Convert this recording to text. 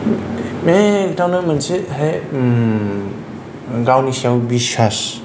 बे बिथांनो मोनसे बेहाय गावनि सायाव बिसास